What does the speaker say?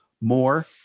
more